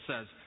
says